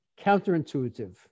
counterintuitive